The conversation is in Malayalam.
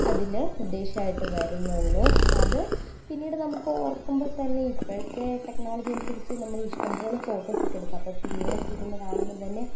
അതിൽ ഉദ്ദേശമായിട്ട് വരുന്നുള്ളൂ അത് പിന്നീട് നമുക്ക് ഓർക്കുമ്പോൾ തന്നെ ഇപ്പോഴത്തെ ടെക്നോളജി അനുസരിച്ച് നമ്മൾ ഇഷ്ടംപോലെ ഫോട്ടോസൊക്കെ എടുക്കാം അപ്പോൾ പിന്നീടൊക്കെ ഇരുന്ന് കാണുമ്പോൾ തന്നെ